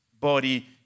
body